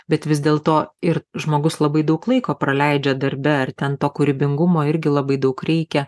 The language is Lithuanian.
bet vis dėl to ir žmogus labai daug laiko praleidžia darbe ar ten to kūrybingumo irgi labai daug reikia